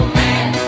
man